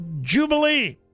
Jubilee